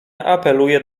apeluje